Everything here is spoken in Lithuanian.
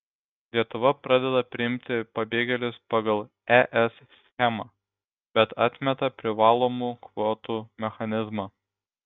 lietuva pradeda priimti pabėgėlius pagal es schemą bet atmeta privalomų kvotų mechanizmą